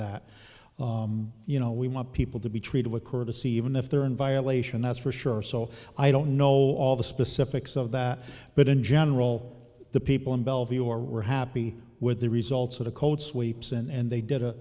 that you know we want people to be treated with courtesy even if they're in violation that's for sure so i don't know all the specifics of that but in general the people in bellevue were happy with the results of the code sweeps and they did